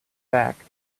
back